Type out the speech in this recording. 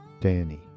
Danny